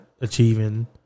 achieving